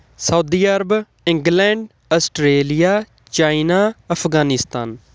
Saudi Arabia England Australia China Afghanistan